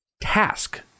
task